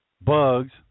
bugs